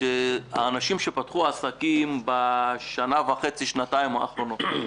האנשים שפתחו עסקים בשנה וחצי-שנתיים האחרונות,